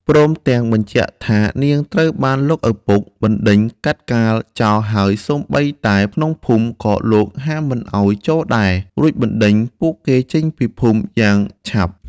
ព្រមទាំងបញ្ជាក់ថានាងត្រូវបានលោកឪពុកបណ្ដេញកាត់កាល់ចោលហើយសូម្បីតែក្នុងភូមិក៏លោកហាមមិនឲ្យចូលដែរ រួចបណ្ដេញពួកគេចេញពីភូមិយ៉ាងឆាប់។